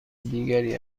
دیگری